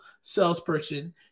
salesperson